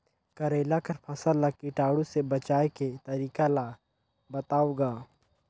करेला कर फसल ल कीटाणु से बचाय के तरीका ला बताव ग?